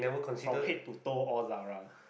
from head to toe all Zara